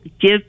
give